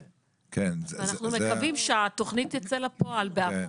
ואנחנו מקווים שהתוכנית תצא לפועל באפריל.